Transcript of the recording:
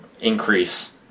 increase